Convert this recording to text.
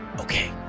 Okay